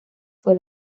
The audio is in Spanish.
fue